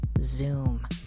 Zoom